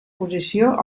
posició